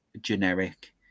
generic